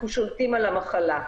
אנחנו שולטים על המחלה.